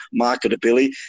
marketability